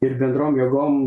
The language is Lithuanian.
ir bendrom jėgom